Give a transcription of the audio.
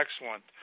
excellent